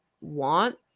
want